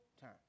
time